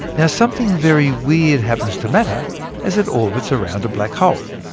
now something very weird happens to matter as it orbits around a black hole.